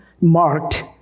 marked